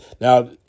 Now –